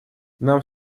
нам